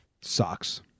Sucks